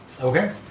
Okay